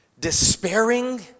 despairing